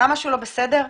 לא בסדר.